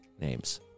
names